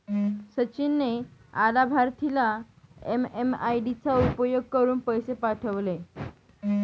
सचिन ने अलाभार्थीला एम.एम.आय.डी चा उपयोग करुन पैसे पाठवले